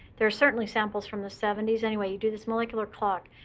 there are certainly samples from the seventy s. anyway, you do this molecular clock,